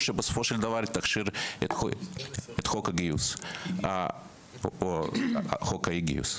שבסופו של דבר תאפשר את חוק הגיוס או חוק האי גיוס.